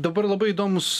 dabar labai įdomus